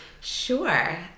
Sure